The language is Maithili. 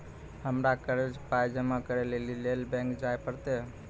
हमरा कर्जक पाय जमा करै लेली लेल बैंक जाए परतै?